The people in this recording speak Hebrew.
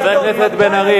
חבר הכנסת בן-ארי,